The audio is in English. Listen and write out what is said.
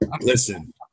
Listen